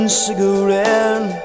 cigarette